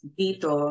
dito